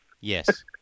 Yes